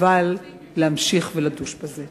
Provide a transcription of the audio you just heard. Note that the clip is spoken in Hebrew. חבל להמשיך ולדוש בזה.